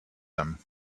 them